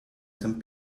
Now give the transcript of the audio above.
some